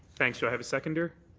thanks, do i have a seconder?